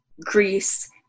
Greece